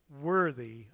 worthy